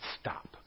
stop